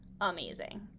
amazing